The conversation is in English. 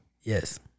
Yes